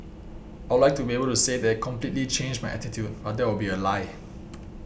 I would like to be able to say that it completely changed my attitude but that would be a lie